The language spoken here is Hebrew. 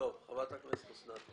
אני